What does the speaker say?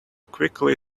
quickly